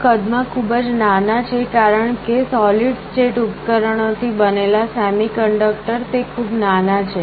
આ કદ માં ખૂબ નાના છે કારણ કે સૉલિડ સ્ટેટ ઉપકરણોથી બનેલા સેમિકન્ડક્ટર તે ખૂબ નાના છે